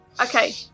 Okay